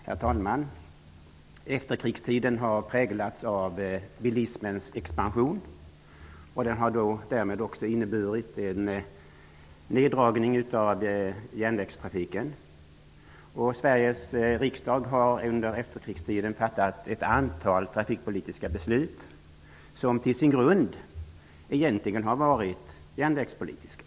Herr talman! Efterkrigstiden har präglats av bilismens expansion. Den har inneburit en neddragning av järnvägstrafiken. Sveriges riksdag har under efterkrigstiden fattat ett antal trafikpolitiska beslut som i grunden egentligen har varit järnvägspolitiska.